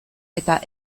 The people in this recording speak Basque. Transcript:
eta